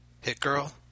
Hit-Girl